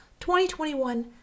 2021